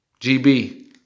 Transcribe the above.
GB